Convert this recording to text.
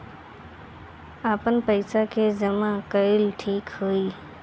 आपन पईसा के जमा कईल ठीक होई?